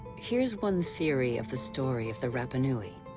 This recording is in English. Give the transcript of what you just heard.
here's one theory of the story of the rapanui,